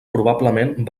probablement